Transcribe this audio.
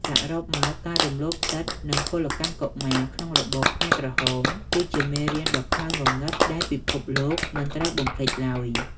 សរុបមក ការរំលោភសិទ្ធិ និងពលកម្មកុមារក្នុងរបបខ្មែរក្រហម គឺជាមេរៀនដ៏ខ្មៅងងឹតដែលពិភពលោកមិនត្រូវបំភ្លេចឡើយ។